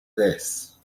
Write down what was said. this